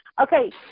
Okay